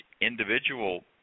individual